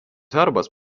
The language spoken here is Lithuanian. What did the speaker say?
herbas